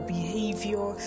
behavior